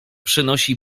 przynosi